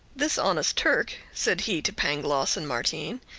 this honest turk, said he to pangloss and martin,